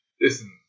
listen